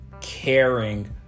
caring